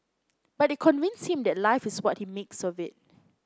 but they convinced him that life is what he makes of it